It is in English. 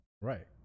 Right